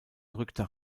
rückte